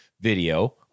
video